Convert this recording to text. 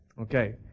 Okay